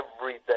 everyday